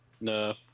No